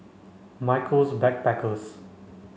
Michaels Backpackers